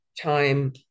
time